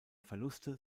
verluste